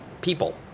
people